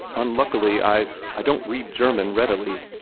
unluckily i i don't read german readily,